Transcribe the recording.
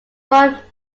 word